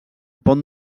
pont